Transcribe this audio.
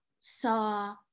saw